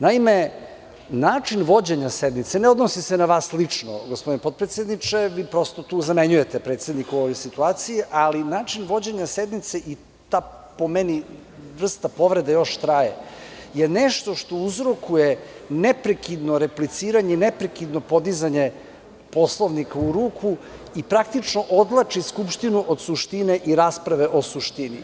Naime, način vođenja sednice, ne odnosi se na vas lično, gospodine potpredsedniče, vi prosto tu zamenjujete predsednika u ovoj situaciji, i ta vrsta povrede još traje, jer nešto što uzrokuje neprekidno repliciranje i neprekidno podizanje Poslovnika u ruku i odvlači Skupštinu od suštine i rasprave o suštini.